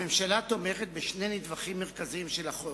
הממשלה תומכת בשני נדבכים מרכזיים של החוק.